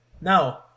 no